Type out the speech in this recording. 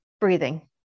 breathing